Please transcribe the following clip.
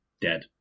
Dead